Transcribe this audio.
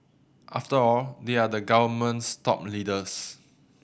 after all they are the government's top leaders